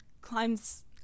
climbs